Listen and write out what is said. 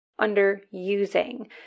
underusing